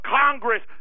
Congress